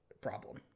problem